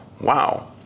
wow